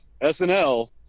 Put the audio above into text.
SNL